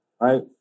right